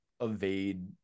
evade